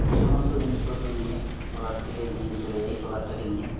এই সমস্ত জিনিসপত্র নিয়ে ট্রলার থেকে নিয়ে চলে যাই ট্রলারটাকে নিয়ে